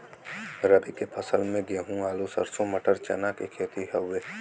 रबी के फसल में गेंहू, आलू, सरसों, मटर, चना के खेती हउवे